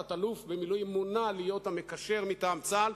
תת-אלוף במילואים מונה להיות המקשר מטעם צה"ל,